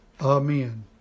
Amen